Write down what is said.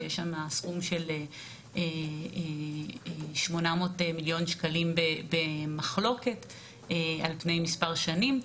שיש שם סכום של 800 מיליון שקלים במחלוקת על פני מספר שנים.